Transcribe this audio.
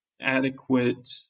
adequate